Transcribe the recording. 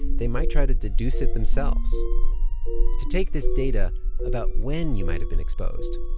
they might try to deduce it themselves to take this data about when you might have been exposed